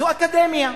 זו אקדמיה.